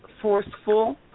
forceful